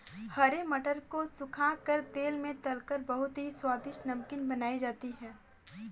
हरे मटर को सुखा कर तेल में तलकर बहुत ही स्वादिष्ट नमकीन बनाई जाती है